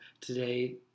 today